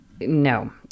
No